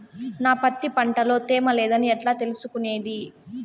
నా పత్తి పంట లో తేమ లేదని ఎట్లా తెలుసుకునేది?